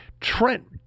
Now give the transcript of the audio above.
Trent